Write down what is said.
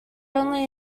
only